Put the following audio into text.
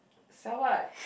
sell what